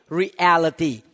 reality